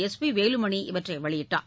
SP Velumani இவற்றை வெளியிட்டார்